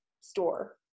store